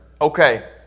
Okay